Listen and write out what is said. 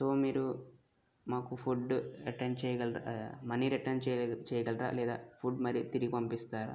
so మీరు మాకు food return చేయగల ఆ మనీ రిటర్న్ చెయ్ చెయ్యగలరా లేదా ఫుడ్ మరి తిరిగి పంపిస్తారా